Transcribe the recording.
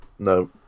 No